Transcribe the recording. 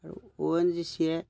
আৰু O N G C এ